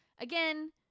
Again